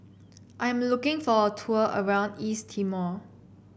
I am looking for a tour around East Timor